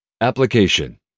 Application